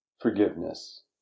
Forgiveness